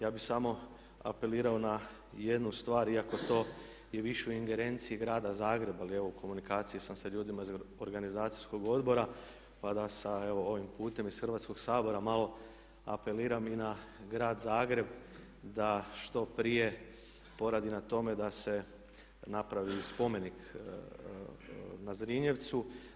Ja bih samo apelirao na jednu stvar iako to je više u ingerenciji grada Zagreba, ali evo u komunikaciji sam sa ljudima iz organizacijskog odbora, pa da sad evo ovim putem iz Hrvatskog sabora malo apeliram i na grad Zagreb da što prije poradi na tome da se napravi i spomenik na Zrinjevcu.